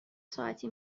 ساعتی